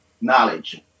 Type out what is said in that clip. knowledge